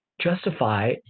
justify